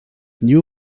new